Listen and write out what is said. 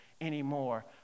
anymore